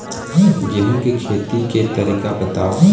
गेहूं के खेती के तरीका बताव?